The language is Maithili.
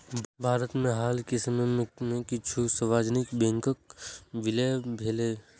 भारत मे हाल के समय मे किछु सार्वजनिक बैंकक विलय भेलैए